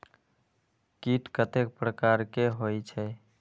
कीट कतेक प्रकार के होई छै?